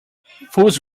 fools